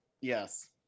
Yes